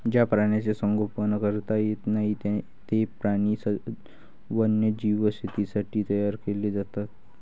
ज्या प्राण्यांचे संगोपन करता येत नाही, ते प्राणी वन्यजीव शेतीसाठी तयार केले जातात